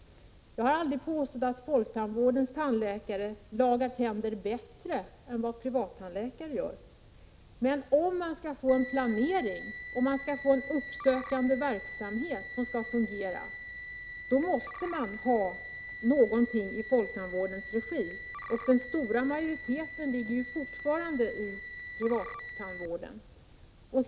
Jag har aldrig påstått att folktandvårdens tandläkare lagar tänder bättre än privattandläkare gör. Men om vi skall få en planering och en uppsökande verksamhet som fungerar, måste vi ha någonting i folktandvårdens regi. Den stora majoriteten av tandvården sköts fortfarande av privattandläkarna.